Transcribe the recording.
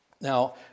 Now